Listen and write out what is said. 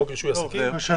זה חוק רישוי עסקים?